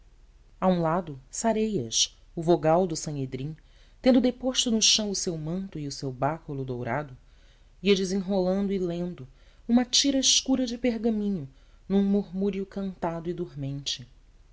um lado sareias o vogal do sanedrim tendo deposto no chão o seu manto e o seu báculo dourado ia desenrolando e lendo uma tira escura de pergaminho num murmúrio cantado e dormente